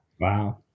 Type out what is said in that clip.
Wow